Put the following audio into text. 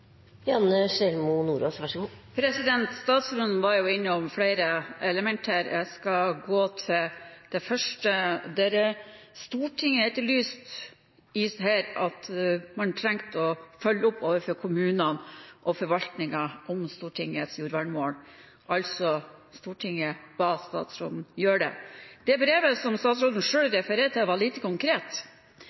Statsråden var innom flere elementer her. Jeg skal gå til det ene, at Stortinget viste til at man trengte å følge opp overfor kommunene og forvaltningen når det gjelder Stortingets jordvernmål, altså at Stortinget ba statsråden gjøre det. Det brevet som statsråden selv refererte til, var lite konkret.